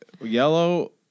yellow